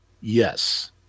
yes